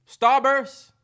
Starburst